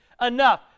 enough